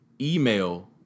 email